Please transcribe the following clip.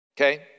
Okay